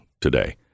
today